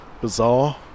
bizarre